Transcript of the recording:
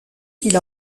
qu’il